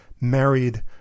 married